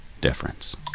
difference